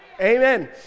Amen